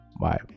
bye